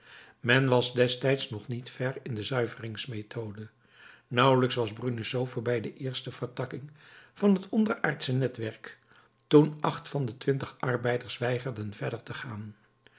men was destijds nog niet ver in de zuiveringsmethode nauwelijks was bruneseau voorbij de eerste vertakkingen van het onderaardsche netwerk toen acht van de twintig arbeiders weigerden verder te gaan